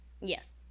Yes